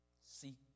Seek